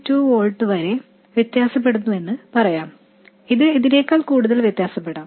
2 volts വരെ വ്യത്യാസപ്പെടുന്നുവെന്ന് പറയാം ഇത് ഇതിനേക്കാൾ കൂടുതൽ വ്യത്യാസപ്പെടാം